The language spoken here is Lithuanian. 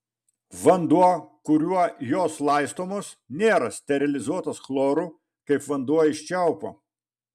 vanduo kuriuo jos laistomos nėra sterilizuotas chloru kaip vanduo iš čiaupo